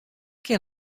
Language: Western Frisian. kin